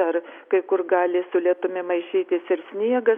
ar kai kur gali su lietumi maišytis ir sniegas